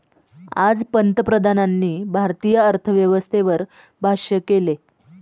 आज पंतप्रधानांनी भारतीय अर्थव्यवस्थेवर भाष्य केलं